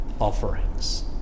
offerings